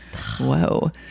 Whoa